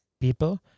people